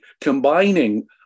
combining